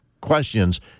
questions